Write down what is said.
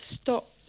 stop